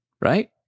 right